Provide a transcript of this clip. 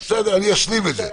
אני אשלים את זה.